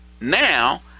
Now